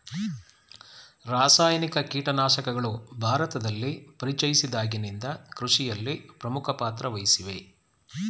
ರಾಸಾಯನಿಕ ಕೀಟನಾಶಕಗಳು ಭಾರತದಲ್ಲಿ ಪರಿಚಯಿಸಿದಾಗಿನಿಂದ ಕೃಷಿಯಲ್ಲಿ ಪ್ರಮುಖ ಪಾತ್ರ ವಹಿಸಿವೆ